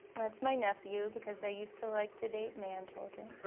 that's my nephew because i used to like to date manchildren.